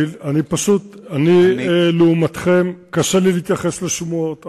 אני, לעומתכם, קשה לי להתייחס לשמועות.